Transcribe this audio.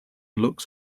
looks